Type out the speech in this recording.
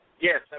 Yes